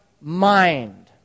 mind